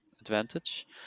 advantage